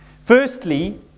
Firstly